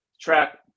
track